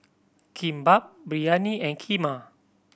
Kimbap Biryani and Kheema